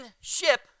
ship